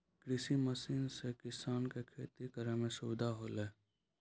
कृषि मसीन सें किसान क खेती करै में सुविधा होलय